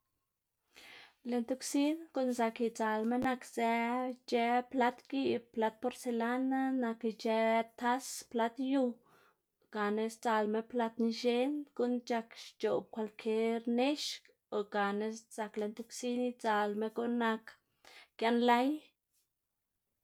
Lo ti kwsin gu'n zak idzalma nakzë ic̲h̲ë plat giꞌb, plat porselana, nak ic̲h̲ë tas, plat yu gana sdzalma plat nx̱en, guꞌn c̲h̲ak xc̲h̲oꞌb kwalkier nex o gana zak lo tib kwsin idzalma, guꞌn nak gianlay.